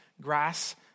grass